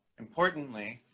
importantly,